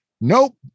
Nope